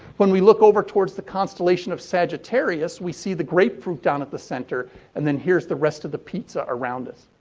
when we look over towards the constellation of sagittarius, we see the grapefruit down at the center and then here is the rest of the pizza around us.